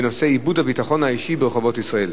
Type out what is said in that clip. איבוד הביטחון האישי ברחובות ישראל,